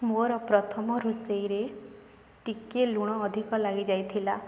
ମୋର ପ୍ରଥମ ରୋଷେଇରେ ଟିକେ ଲୁଣ ଅଧିକ ଲାଗିଯାଇ ଥିଲା